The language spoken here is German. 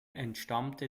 entstammte